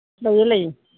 ꯂꯩꯌꯦ ꯂꯩꯌꯦ